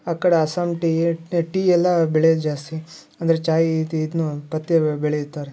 ಆ ಕಡೆ Assam tea tea ಎಲ್ಲ ಬೆಳೆಯೋದು ಜಾಸ್ತಿ ಅಂದರೆ ಚಾಯ್ ಇದಿದ್ನು ಪತ್ತ ಬೆಳೆಯುತ್ತಾರೆ